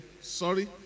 sorry